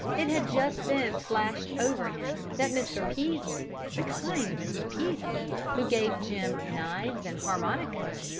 it had just then flashed over him that mr. peaslee, the kind mr. peaslee, who gave jim knives and harmonicas,